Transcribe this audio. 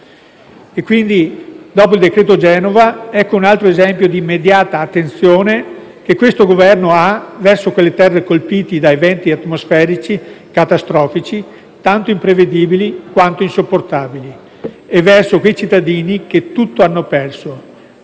Quindi, dopo il cosiddetto decreto Genova, ecco un altro esempio di immediata attenzione che questo Governo ha verso le terre colpite da eventi atmosferici catastrofici, tanto imprevedibili quanto insopportabili, e verso quei cittadini che tutto hanno perso.